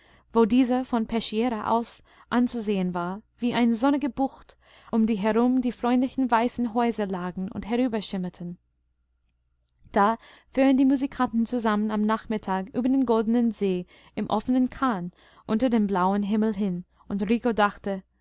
wo dieser von peschiera aus anzusehen war wie eine sonnige bucht um die herum die freundlichen weißen häuser lagen und herüberschimmerten da fuhren die musikanten zusammen am nachmittag über den goldenen see im offenen kahn unter dem blauen himmel hin und rico dachte